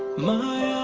my